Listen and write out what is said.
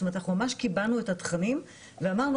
אנחנו ממש קיבענו את התכנים ואמרנו